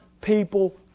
people